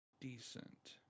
decent